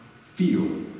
feel